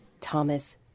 Thomas